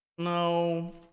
No